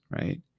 right